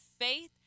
faith